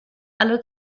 alle